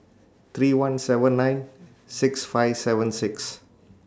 three one seven nine six five seven six